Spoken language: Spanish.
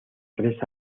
tres